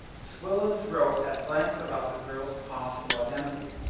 swillens wrote at length about the girl's possible identity,